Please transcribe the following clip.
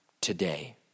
today